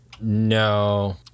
No